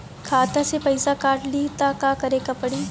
खाता से पैसा काट ली त का करे के पड़ी?